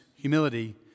humility